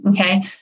okay